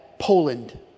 Poland